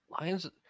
Lions